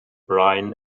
brian